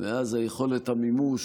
ואז יכולת המימוש,